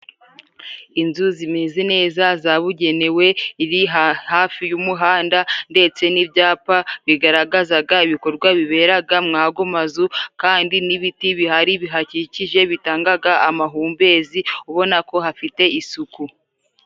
Inzu zimeze neza zabugenewe, iri hafi y'umuhanda ndetse n'ibyapa bigaragazaga ibikorwa biberaga mu ago mazu kandi n'ibiti bihari bihakikije bitangaga amahumbezi, ubona ko hafite isuku.